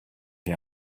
him